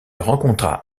rencontra